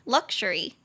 Luxury